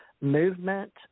movement